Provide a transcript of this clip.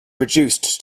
reduced